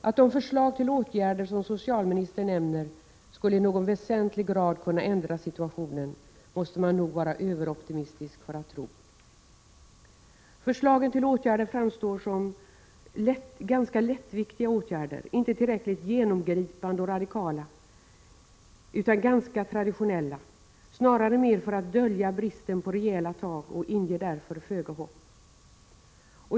Att de förslag till åtgärder som socialministern nämner i någon väsentlig grad skulle kunna ändra situationen måste man nog vara överoptimistisk för att tro. Förslagen till åtgärder framstår som ganska lättviktiga, inte tillräckligt genomgripande och radikala, utan ganska traditionella snarast som för att dölja bristen på rejäla tag. De inger därför föga hopp.